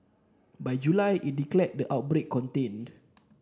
by July it declared the outbreak contained